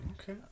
Okay